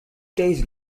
days